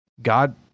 God